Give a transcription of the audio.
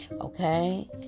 Okay